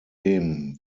dem